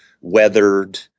weathered